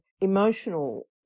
emotional